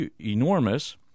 enormous